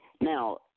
Now